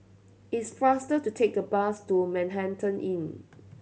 it's faster to take the bus to Manhattan Inn